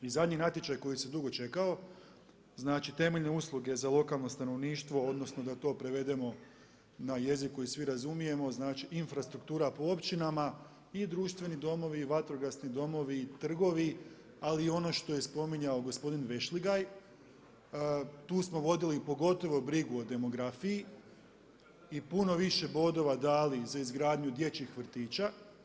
I zadnji natječaj koji je dugo čekao, znači temeljne usluge za lokalno stanovništvo odnosno da to prevedemo na jeziku koji svi razumijemo, znači infrastruktura po općinama i društveni domovi i vatrogasni domovi i trgovi ali i ono što je spominjao gospodin Vešligaj, tu smo vodili pogotovo brigu o demografiji i puno više bodova dali za izgradnju dječjih vrtića.